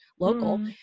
local